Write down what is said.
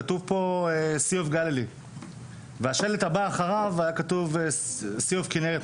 כתוב פה Sea of Galilee ובשלט הבא אחריו היה כתוב Sea of Kinnereth,